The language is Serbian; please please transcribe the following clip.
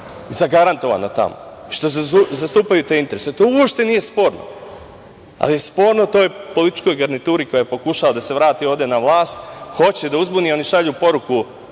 zagarantovana tamo, što zastupaju te interese. To uopšte nije sporno, ali je sporno, toj političkoj garnituri koja pokušava da se vrati ovde dan vlast. Hoće da uzbuni, oni šalju poruku